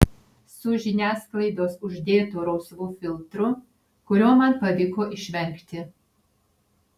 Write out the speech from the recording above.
su žiniasklaidos uždėtu rausvu filtru kurio man pavyko išvengti